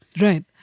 Right